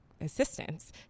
assistance